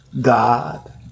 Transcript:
God